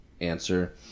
answer